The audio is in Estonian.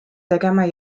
tegema